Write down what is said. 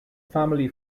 family